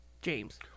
James